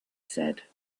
said